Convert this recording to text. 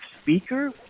speaker